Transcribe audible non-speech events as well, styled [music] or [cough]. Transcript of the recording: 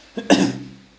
[coughs]